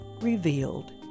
revealed